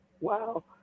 Wow